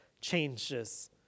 changes